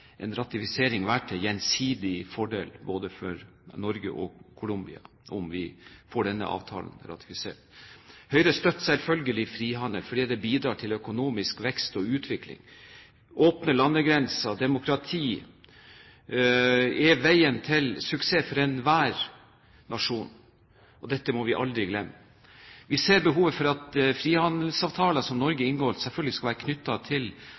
en ratifisering vil være til gjensidig fordel for både Norge og Colombia – om vi får denne avtalen ratifisert. Høyre støtter selvfølgelig frihandel, fordi det bidrar til økonomisk vekst og utvikling. Åpne landegrenser og demokrati er veien til suksess for enhver nasjon, og dette må vi aldri glemme. Vi ser selvfølgelig behovet for at frihandelsavtaler som Norge inngår, skal være knyttet til